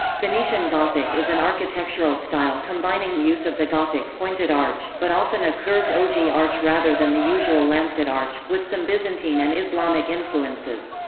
venetian gothic is an architectural style combining use of the gothic pointed arch, but often a curved ogee arch rather than the usual lancet arch, with some byzantine and islamic influences.